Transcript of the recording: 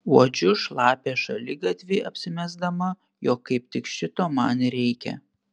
uodžiu šlapią šaligatvį apsimesdama jog kaip tik šito man ir reikia